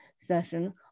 session